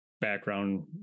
background